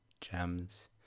Gems